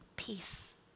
peace